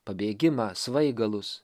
pabėgimą svaigalus